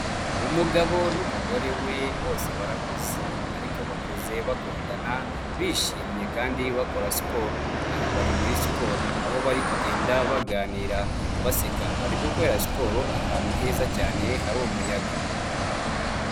Umugabo numugore we bose barakuze ariko bakuze bakundana bishimye kandi bakora siporo, aha bari muri siporo aho bari kugenda baganira baseka, bari gukora siporo ahantu heza cyane hari umuyaga.